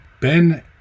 Ben